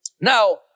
Now